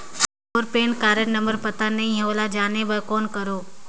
मोर PAN card number पता नहीं है, ओला जाने बर कौन करो?